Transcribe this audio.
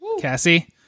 Cassie